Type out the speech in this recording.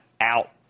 out